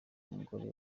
n’umugore